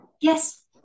Yes